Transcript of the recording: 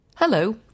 Hello